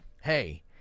hey